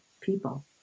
people